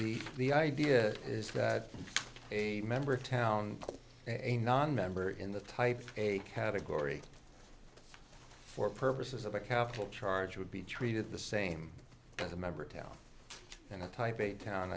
the the idea is that a member of town a nonmember in the type a category for purposes of a capital charge would be treated the same as a member town and a type a town